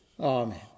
Amen